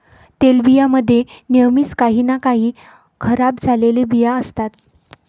तेलबियां मध्ये नेहमीच काही ना काही खराब झालेले बिया असतात